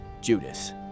Judas